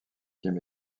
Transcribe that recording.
kim